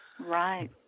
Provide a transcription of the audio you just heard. Right